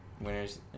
Winners